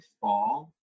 fall